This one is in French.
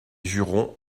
jurons